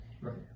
Right